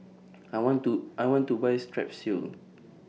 I want to I want to Buy Strepsils